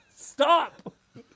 Stop